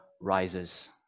rises